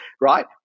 right